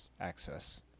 access